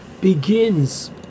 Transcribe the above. begins